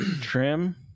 trim